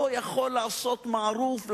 לא יכול לעשות מערוף,